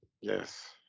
Yes